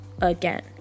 again